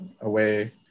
away